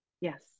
yes